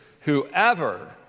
Whoever